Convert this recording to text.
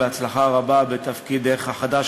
הצלחה רבה בתפקידך החדש,